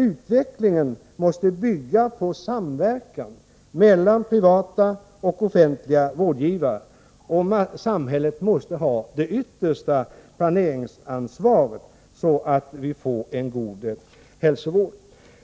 Utvecklingen måste bygga på samverkan mellan privata och offentliga vårdgivare, och samhället måste ha det yttersta planeringsansvaret, så att vi får en god hälsovård.